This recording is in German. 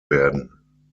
werden